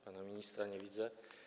Pana ministra nie widzę.